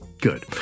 Good